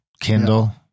Kindle